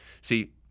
See